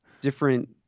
different